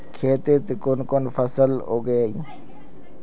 खेतीत कुन कुन फसल उगेई?